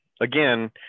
again